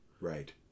Right